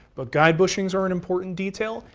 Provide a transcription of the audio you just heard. but guide bushings are an important detail,